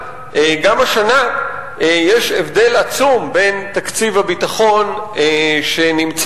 גם השנה יש הבדל עצום בין תקציב הביטחון שנמצא